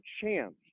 chance